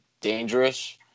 dangerous